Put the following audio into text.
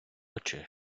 очі